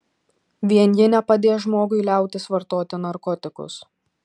vien ji nepadės žmogui liautis vartoti narkotikus